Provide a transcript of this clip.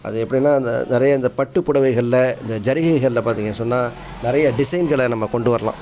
அது எப்படின்னா அந்த நிறைய இந்த பட்டு புடவைகளில் இந்த ஜரிகைகளில் பார்த்தீங்க சொன்னால் நிறையா டிசைன்களை நம்ம கொண்டு வரலாம்